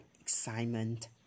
excitement